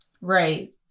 Right